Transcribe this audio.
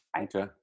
okay